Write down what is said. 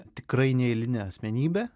tikrai neeilinė asmenybė